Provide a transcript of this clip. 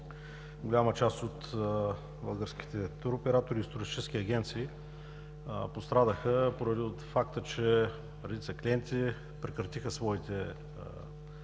Голяма част от българските туроператори и туристически агенции пострадаха поради факта, че редица клиенти прекратиха своите планове